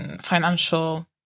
financial